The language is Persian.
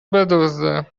بدزدن